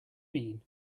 mean